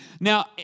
Now